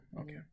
Okay